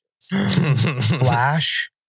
Flash